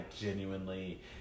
genuinely